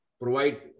provide